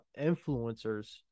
influencers